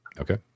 Okay